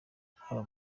haba